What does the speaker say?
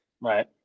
right